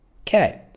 Okay